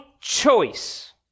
choice